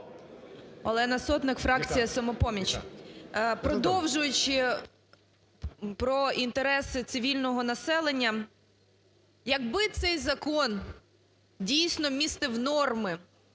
Олена Сотник, фракція "Самопоміч". Продовжуючи про інтереси цивільного населення. Якби цей закон дійсно містив норми,